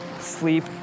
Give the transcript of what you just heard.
sleep